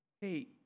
Hey